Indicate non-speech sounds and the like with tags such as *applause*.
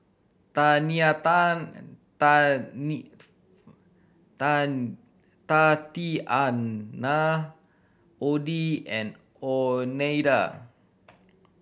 *unintelligible* Tatianna Oddie and Oneida